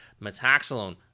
metaxalone